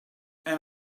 and